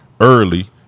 early